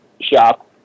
shop